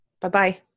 Bye-bye